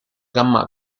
gamma